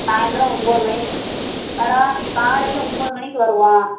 சாய்ந்திரம் ஒம்பது மணிக்கு வரோம் காலையில் ஒம்பது மணிக்கு வருவோம்